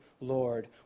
Lord